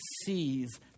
sees